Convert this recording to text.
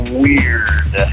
weird